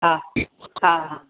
हा हा